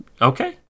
okay